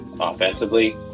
offensively